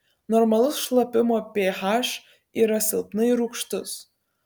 normalus šlapimo ph yra silpnai rūgštus